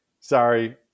Sorry